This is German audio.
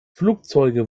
flugzeuge